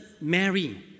Mary